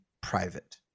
private